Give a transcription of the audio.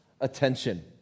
attention